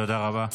תודה רבה.